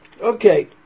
Okay